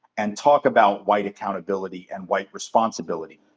and talk about white accountability and white responsibility.